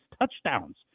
touchdowns